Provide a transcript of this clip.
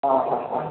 हां हां हां